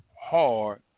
hard